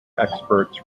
experts